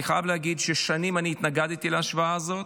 אני חייב להגיד ששנים התנגדתי להשוואה הזאת.